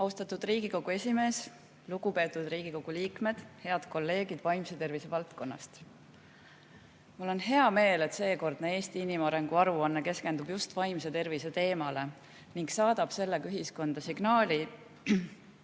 Austatud Riigikogu esimees! Lugupeetud Riigikogu liikmed! Head kolleegid vaimse tervise valdkonnast! Mul on hea meel, et seekordne Eesti inimarengu aruanne keskendub just vaimse tervise teemale ning saadab sellega ühiskonda signaali,